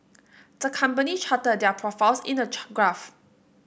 the company charted their profits in a graph